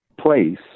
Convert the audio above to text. place